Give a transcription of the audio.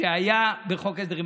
שהיה בחוק ההסדרים.